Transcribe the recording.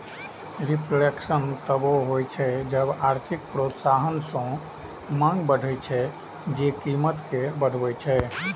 reflation तबो होइ छै जब आर्थिक प्रोत्साहन सं मांग बढ़ै छै, जे कीमत कें बढ़बै छै